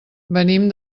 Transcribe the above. venim